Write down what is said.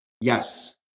Yes